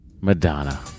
Madonna